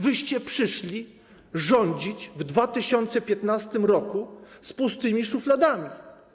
Wyście przyszli rządzić w 2015 r. z pustymi szufladami.